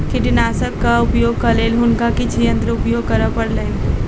कीटनाशकक उपयोगक लेल हुनका किछ यंत्र उपयोग करअ पड़लैन